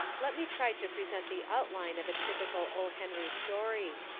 let me try to present the outline of a typical o. henry story.